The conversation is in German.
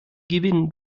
gewinn